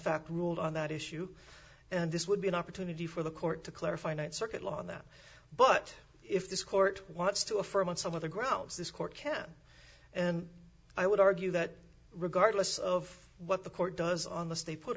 fact ruled on that issue and this would be an opportunity for the court to clarify th circuit law on that but if this court wants to affirm on some of the grounds this court can and i would argue that regardless of what the court does on the stay put